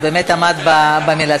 הוא באמת עמד במילתו.